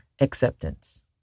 acceptance